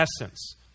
essence